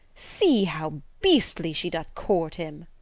see how beastly she doth court him!